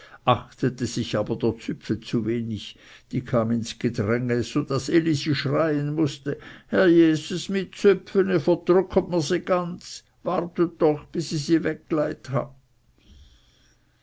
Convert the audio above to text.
achtete sich aber der züpfe zu wenig die kam ins gedränge so daß elisi schreien mußte herr jeses my züpfe ihr vrdrücket mr se ganz wartet doch bis ih se